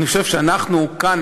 אני חושב שאנחנו כאן,